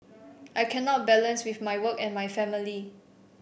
I cannot balance with my work and my family